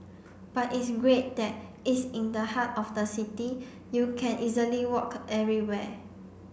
but it's great that it's in the heart of the city you can easily walk everywhere